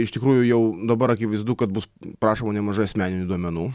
iš tikrųjų jau dabar akivaizdu kad bus prašoma nemažai asmeninių duomenų